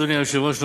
אדוני היושב-ראש,